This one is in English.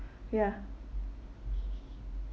ya